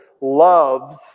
loves